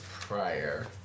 prior